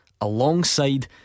Alongside